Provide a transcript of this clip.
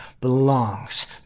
belongs